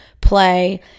play